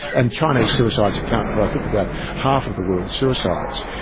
and chinese suicides account for i think about half of the world's suicides,